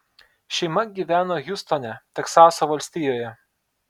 šeima gyveno hjustone teksaso valstijoje